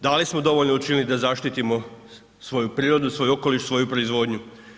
Da li smo dovoljno učinili da zaštitimo svoju prirodu, svoji okoliš, svoju proizvodnju?